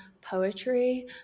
poetry